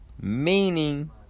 Meaning